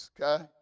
okay